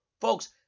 folks